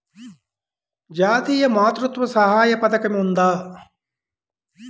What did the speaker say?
జాతీయ మాతృత్వ సహాయ పథకం ఉందా?